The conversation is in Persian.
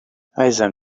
عزیزم